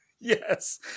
Yes